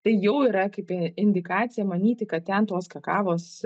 tai jau yra kaip indikacija manyti kad ten tos kakavos